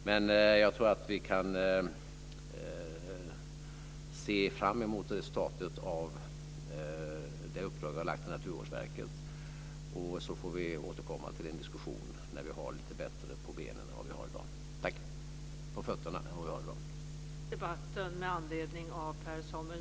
Men jag tror att vi kan se fram mot resultatet av det uppdrag som vi har lagt till Naturvårdsverket, och vi får återkomma till en diskussion när vi har lite bättre på fötterna än vad vi har i dag.